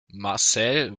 marcel